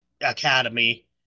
Academy